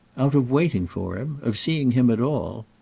out of waiting for him of seeing him at all?